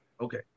Okay